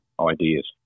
ideas